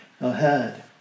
ahead